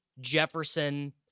Jefferson